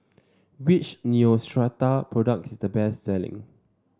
which Neostrata product is the best selling